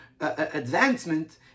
advancement